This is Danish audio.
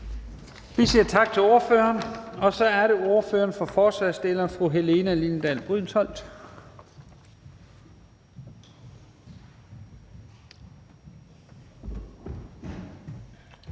Vi siger tak til ordføreren. Så er det ordføreren for forslagsstillerne, fru Helene Liliendahl Brydensholt.